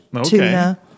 tuna